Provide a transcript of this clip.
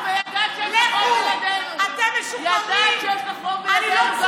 גם אז היה לך רוב בלעדינו, וידעת שיש רוב בלעדינו.